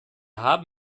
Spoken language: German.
haben